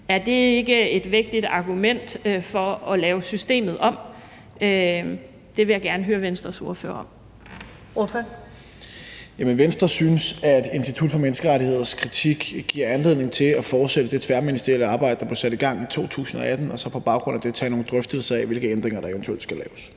(Karen Ellemann): Ordføreren. Kl. 13:43 Morten Dahlin (V): Jamen Venstre synes, at Institut for Menneskerettigheders kritik giver anledning til at fortsætte det tværministerielle arbejde, der blev sat i gang i 2018, og så på baggrund af det tage nogle drøftelser af, hvilke ændringer der eventuelt skal laves.